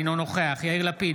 אינו נוכח יאיר לפיד,